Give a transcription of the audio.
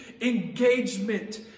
engagement